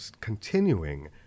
continuing